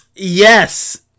Yes